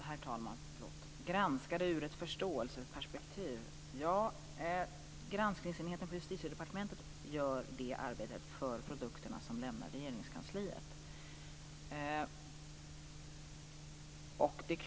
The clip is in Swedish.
Herr talman! Granskning ur ett förståelseperspektiv, säger Ronny Olander. Granskningsenheten på Justitiedepartementet gör det arbetet när det gäller produkterna som lämnar Regeringskansliet.